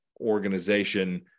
organization